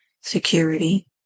security